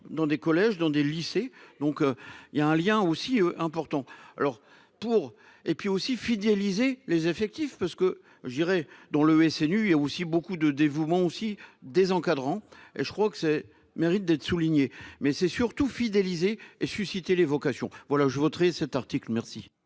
dans des collèges dans des lycées, donc il y a un lien aussi important. Alors pour et puis aussi fidéliser les effectifs parce que je dirais dont le SNU et aussi beaucoup de dévouement aussi des encadrants et je crois que c'est mérite d'être souligné. Mais c'est surtout fidéliser et susciter les vocations. Voilà je voterai cet article, merci.